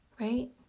right